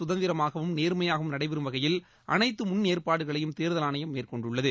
சுதந்திரமாகவும் நேர்மையாகவும் வாக்குப்பதிவு நடைபெறும் வகையில் அனைத்து முன்னேற்பாடுகளையும் தேர்தல் ஆணையம் மேற்கொண்டுள்ளது